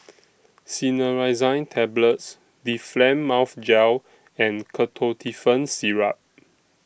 Cinnarizine Tablets Difflam Mouth Gel and Ketotifen Syrup